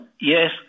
Yes